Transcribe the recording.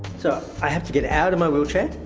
so i have to get out of my wheelchair,